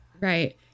Right